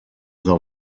del